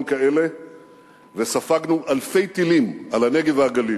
כאלה וספגנו אלפי טילים על הנגב והגליל.